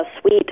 Sweet